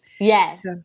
Yes